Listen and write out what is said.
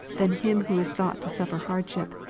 than him who is thought to suffer hardship,